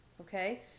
okay